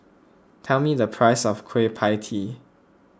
tell me the price of Kueh Pie Tee